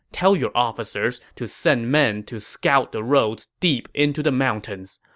tell your officers to send men to scout the roads deep into the mountains.